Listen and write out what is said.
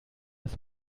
das